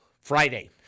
Friday